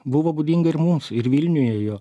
buvo būdinga ir mums ir vilniuje jo